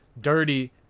dirty